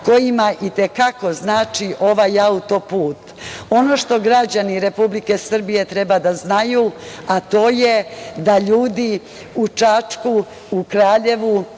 kojima i te kako znači ovaj auto-put. Ono što građani Republike Srbije treba da znaju, to je da ljudi u Čačku, Kraljevu,